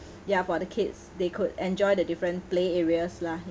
ya for the kids they could enjoy the different play areas lah